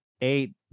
eight